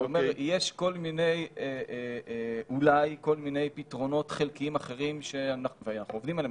אני אומר שיש אולי כל מיני פתרונות חלקיים אחרים שאנחנו עובדים עליהם.